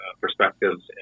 perspectives